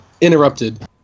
interrupted